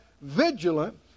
vigilant